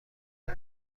کمی